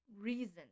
Reason